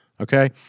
Okay